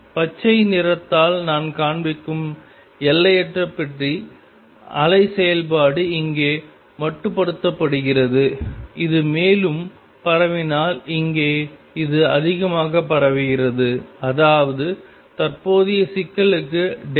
பச்சை நிறத்தால் நான் காண்பிக்கும் எல்லையற்ற பெட்டி அலை செயல்பாடு இங்கே மட்டுப்படுத்தப்பட்டிருக்கிறது இது மேலும் பரவினால் இங்கே இது அதிகமாக பரவுகிறது அதாவது தற்போதைய சிக்கலுக்கு x